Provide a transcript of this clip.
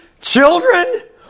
children